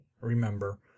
remember